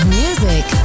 music